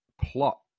plot